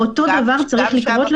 צריך כך גם